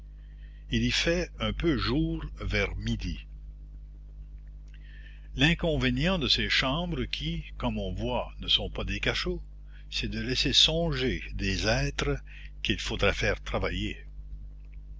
il y fait un peu jour vers midi l'inconvénient de ces chambres qui comme on voit ne sont pas des cachots c'est de laisser songer des êtres qu'il faudrait faire travailler